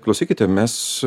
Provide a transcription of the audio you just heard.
klausykite mes